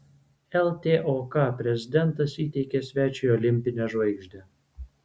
ltok prezidentas įteikė svečiui olimpinę žvaigždę